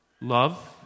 Love